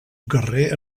guerrer